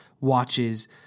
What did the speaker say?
watches